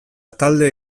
talde